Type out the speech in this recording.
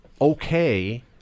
okay